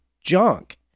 junk